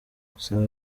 gusa